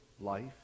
life